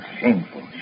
Shameful